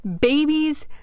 babies